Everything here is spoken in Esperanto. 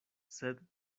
sed